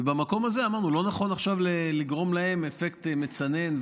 ובמקום הזה אמרנו שלא נכון עכשיו לגרום להם אפקט מצנן,